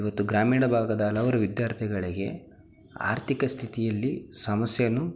ಇವತ್ತು ಗ್ರಾಮೀಣ ಭಾಗದ ಹಲವಾರು ವಿದ್ಯಾರ್ಥಿಗಳಿಗೆ ಆರ್ಥಿಕ ಸ್ಥಿತಿಯಲ್ಲಿ ಸಮಸ್ಯೆಯು